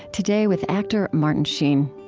today with actor martin sheen.